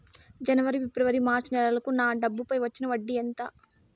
జనవరి, ఫిబ్రవరి, మార్చ్ నెలలకు నా డబ్బుపై వచ్చిన వడ్డీ ఎంత